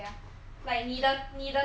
因为中国有这么大